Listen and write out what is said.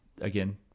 again